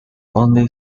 only